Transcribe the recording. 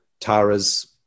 Tara's